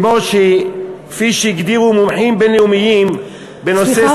וכפי שהגדירו מומחים בין-לאומיים בנושא זכויות האדם,